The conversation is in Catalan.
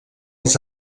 els